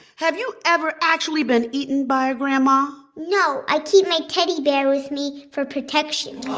have you ever actually been eaten by a grandma? no. i keep my teddy bear with me for protection